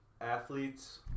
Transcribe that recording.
athletes